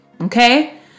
Okay